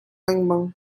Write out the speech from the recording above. lengmang